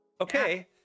Okay